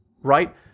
right